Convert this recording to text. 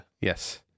Yes